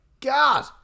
God